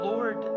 Lord